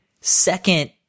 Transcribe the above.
Second